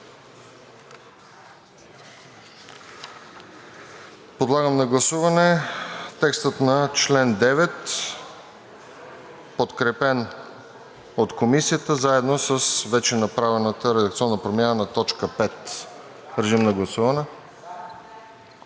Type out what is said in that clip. Подлагам на гласуване текста на чл. 9, подкрепен от Комисията, заедно с вече направената редакционна промяна на т. 5. Гласували